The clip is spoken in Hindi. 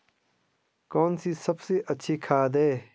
कौन सी सबसे अच्छी खाद है?